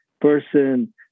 person